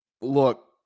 look